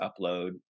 upload